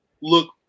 look